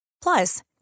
Plus